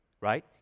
right